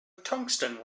tungsten